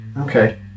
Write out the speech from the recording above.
Okay